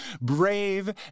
Brave